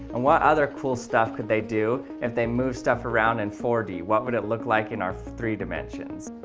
and what other cool stuff could they do if they move stuff around and four d? what would it look like in our three dimensions?